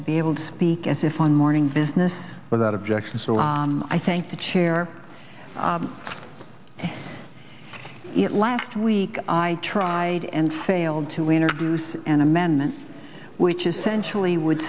to be able to speak as if on morning business without objection so i thank the chair last week i tried and failed to introduce an amendment which essentially would